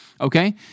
okay